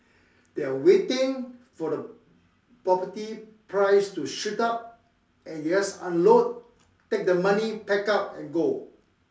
they're waiting for the property price to shoot up and just unload take the money pack up and go